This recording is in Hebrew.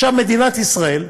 במדינת ישראל,